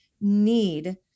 need